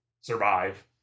survive